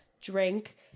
drink